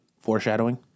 Foreshadowing